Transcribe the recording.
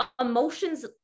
emotions